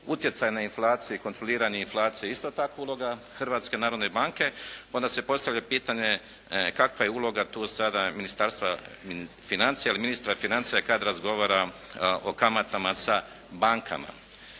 Utjecaj na inflaciju i kontroliranje inflacije je isto tako uloga Hrvatske narodne banke. Onda se postavlja pitanje kakva je uloga tu sada Ministarstva financija ili ministra financija kad razgovara o kamatama sa bankama.